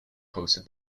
hosted